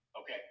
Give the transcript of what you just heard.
Okay